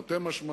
תרתי משמע,